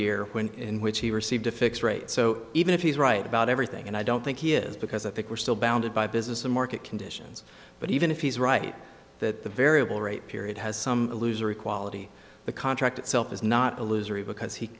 when in which he received a fixed rate so even if he's right about everything and i don't think he is because i think we're still bounded by business and market conditions but even if he's right that the variable rate period has some loser equality the contract itself is not illusory because he